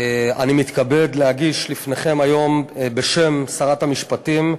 אני מתכבד להגיש לפניכם היום, בשם שרת המשפטים,